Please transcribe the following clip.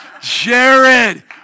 Jared